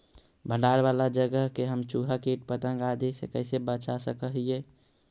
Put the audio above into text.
भंडार वाला जगह के हम चुहा, किट पतंग, आदि से कैसे बचा सक हिय?